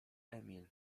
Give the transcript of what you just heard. emil